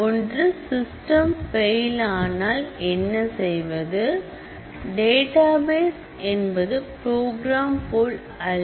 ஒன்று system fail ஆனால் என்ன செய்வது டேட்டாபேஸ் என்பது ப்ரோக்ராம் போல அல்ல